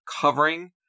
covering